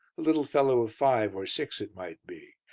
a little fellow of five, or six it might be,